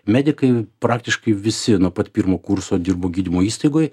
medikai praktiškai visi nuo pat pirmo kurso dirb gydymo įstaigoj